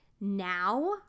now